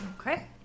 Okay